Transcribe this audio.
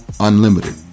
Unlimited